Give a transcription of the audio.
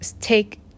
take